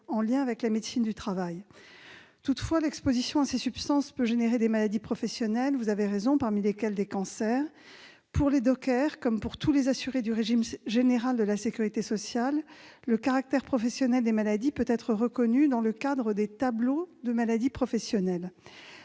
en lien avec la médecine du travail. Toutefois, l'exposition à ces substances peut provoquer des maladies professionnelles, vous avez raison, parmi lesquelles des cancers. Pour les dockers comme pour tous les assurés du régime général de la sécurité sociale, le caractère professionnel des maladies peut être reconnu dans le cadre des tableaux de maladies professionnelles.